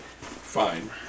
fine